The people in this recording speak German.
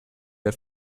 der